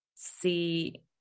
see